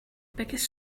biggest